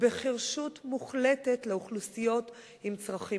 ובחירשות מוחלטת לאוכלוסיות עם צרכים